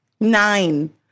Nine